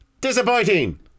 disappointing